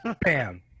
bam